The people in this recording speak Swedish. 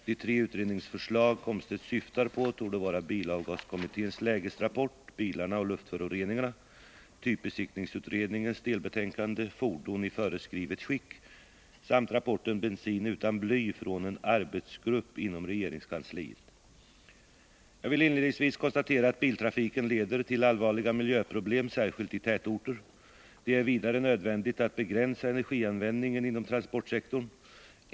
De tre utredningsförslag Wiggo Komstedt syftar på torde vara bilavgaskommitténs lägesrapport Bilarna och luftföroreningarna, typbesiktningsutredningens delbetänkande Fordon i föreskrivet skick samt rapporten Bensin utan bly, från en arbetsgrupp inom regeringskansliet. Jag vill inledningsvis konstatera att biltrafiken leder till allvarliga miljöproblem särskilt i tätorter. Det är vidare nödvändigt att begränsa energianvändningen inom transportsektorn.